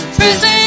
prison